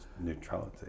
neutrality